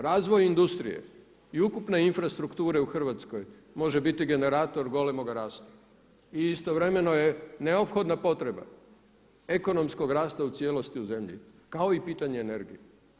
Razvoj industrije i ukupne infrastrukture u Hrvatskoj može biti generator golemog rasta i istovremeno je neophodna potreba ekonomskog rasta u cijelosti u zemlji kao i pitanje energije.